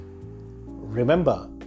Remember